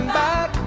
back